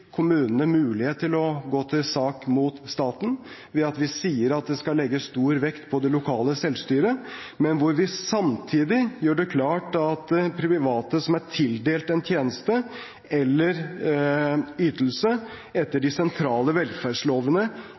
kommunene mulighet til å gå til sak mot staten, ved at vi sier at det skal legges stor vekt på det lokale selvstyret, men hvor vi samtidig gjør det klart at private som er tildelt en tjeneste eller en ytelse etter de sentrale velferdslovene,